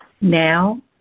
Now